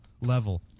Level